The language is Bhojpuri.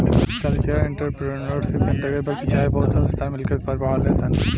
कल्चरल एंटरप्रेन्योरशिप के अंतर्गत व्यक्ति चाहे बहुत सब संस्थान मिलकर उत्पाद बढ़ावेलन सन